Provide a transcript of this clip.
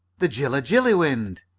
the jilla-jilly wind!